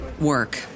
work